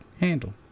handle